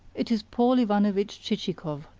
it is paul ivanovitch chichikov,